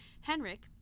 Henrik